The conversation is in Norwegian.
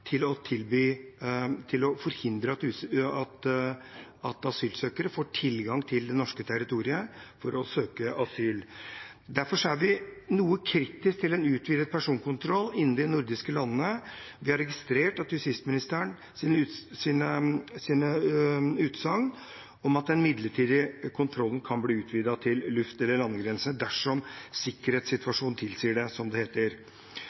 forhindre at asylsøkere får tilgang til det norske territoriet for å søke om asyl. Derfor er vi noe kritisk til en utvidet personkontroll innenfor de nordiske landene. Vi har registrert justisministerens utsagn om at den midlertidige kontrollen kan bli utvidet til luft- eller landegrense dersom sikkerhetssituasjonen tilsier det, som det heter.